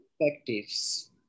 perspectives